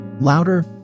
Louder